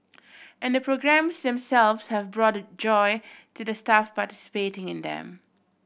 and the programmes themselves have brought joy to the staff participating in them